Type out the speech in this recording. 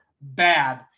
bad